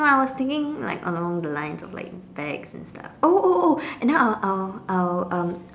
no I was thinking like along the lines of like bags and stuff oh oh oh then I will I will I will um